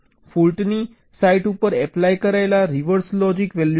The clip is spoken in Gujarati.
ફોલ્ટની સાઇટ ઉપર એપ્લાય કરાયેલ રિવર્સ લોજિક વેલ્યૂઝ છે